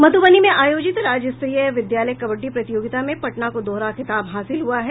मध्रबनी में आयोजित राज्य स्तरीय विद्यालय कबड्डी प्रतियोगिता में पटना को दोहरा खिताब हासिल हुआ है